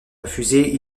refusée